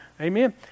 Amen